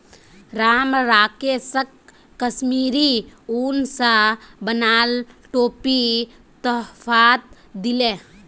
राम राकेशक कश्मीरी उन स बनाल टोपी तोहफात दीले